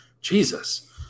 Jesus